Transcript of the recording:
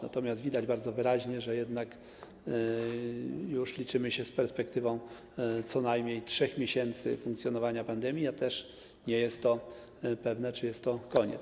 Natomiast widać bardzo wyraźnie, że jednak już liczymy się z perspektywą co najmniej 3 miesięcy funkcjonowania pandemii, a też nie jest pewne, czy jest to koniec.